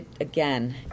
again